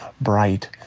bright